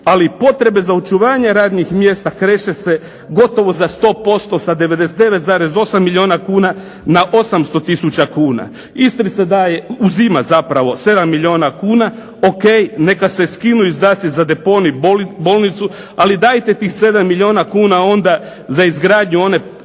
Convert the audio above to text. ali potrebe za očuvanje radnih mjesta kreše se gotovo za 100%, sa 99,8 milijuna kuna na 800 tisuća kuna. Istri se uzima 7 milijuna kuna, ok, neka se skinu izdaci za deponij, bolnicu, ali dajte tih 7 milijuna kuna onda za izgradnju one izgorene